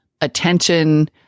attention